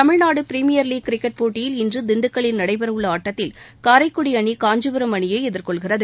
Tamil Nadu premier league cricket போட்டியில் இன்று திண்டுக்கல்லில் நடைபெறவுள்ள ஆட்டத்தில் காரைக்குடி அணி காஞ்சிபுரம் அணியை எதிர்கொள்கிறது